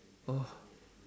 oh